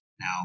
Now